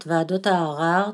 את ועדות הערר,